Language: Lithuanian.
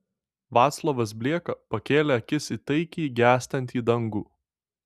vaclovas blieka pakėlė akis į taikiai gęstantį dangų